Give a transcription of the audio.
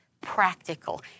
practical